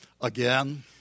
again